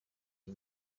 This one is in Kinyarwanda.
iyi